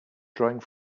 drawing